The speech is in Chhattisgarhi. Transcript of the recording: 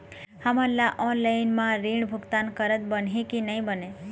हमन ला ऑनलाइन म ऋण भुगतान करत बनही की नई बने?